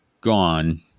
gone